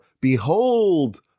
Behold